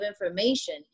information